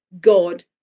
God